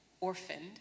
orphaned